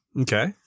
Okay